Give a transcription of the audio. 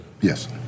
Yes